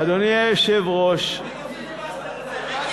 אדוני היושב-ראש, מה זה הפיליבסטר הזה?